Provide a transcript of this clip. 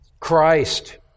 Christ